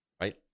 Right